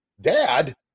dad